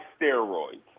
steroids